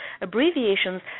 abbreviations